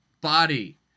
body